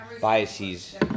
biases